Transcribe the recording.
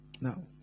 now